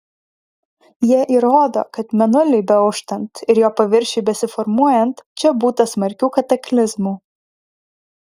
jie įrodo kad mėnuliui beauštant ir jo paviršiui besiformuojant čia būta smarkių kataklizmų